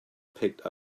picked